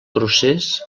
procés